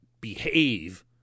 behave